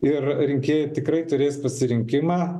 ir rikėjai tikrai turės pasirinkimą